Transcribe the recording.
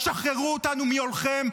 שחררו אותנו מעולכם.